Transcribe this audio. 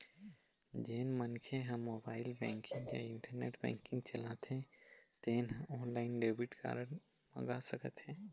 जेन मनखे ह मोबाईल बेंकिंग या इंटरनेट बेंकिंग चलाथे तेन ह ऑनलाईन डेबिट कारड मंगा सकत हे